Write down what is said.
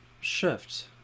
shift